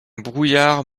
brouillard